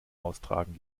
austragen